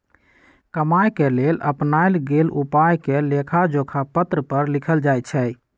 कमाए के लेल अपनाएल गेल उपायके लेखाजोखा पत्र पर लिखल जाइ छइ